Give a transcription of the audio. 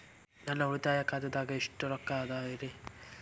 ನನ್ನ ಉಳಿತಾಯ ಖಾತಾದಾಗ ಎಷ್ಟ ರೊಕ್ಕ ಅದ ರೇ?